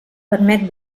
permet